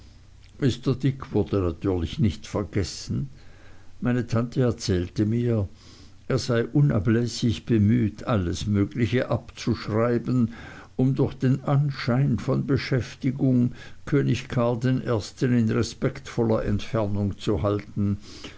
mr dick wurde natürlich nicht vergessen meine tante erzählte mir er sei unablässig bemüht alles mögliche abzuschreiben um durch den anschein von beschäftigung könig karl i in respektvoller entfernung zu halten